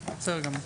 בסדר גמור.